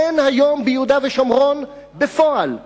אין היום ביהודה ושומרון בפועל בנייה,